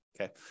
okay